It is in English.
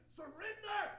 surrender